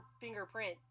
fingerprint